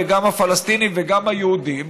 גם הפלסטינים וגם היהודים,